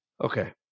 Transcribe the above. Okay